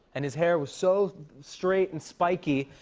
and his hair was so straight and spiky.